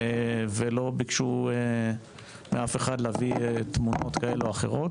ולא ביקשו מאף אחד להביא תמונות כאלה או אחרות,